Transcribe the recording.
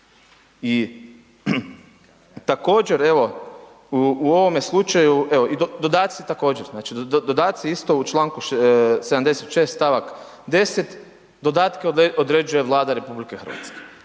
i također evo u ovome slučaju evo i dodaci također, znači dodaci isto u čl. 76. stavak 10., dodatke određuje Vlada RH.